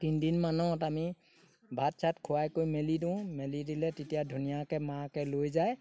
তিনদিন মানত আমি ভাত চাত খোৱাই কৰি মেলি দিওঁ মেলি দিলে তেতিয়া ধুনীয়াকৈ মাকে লৈ যায়